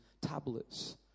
tablets